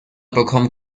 bekommt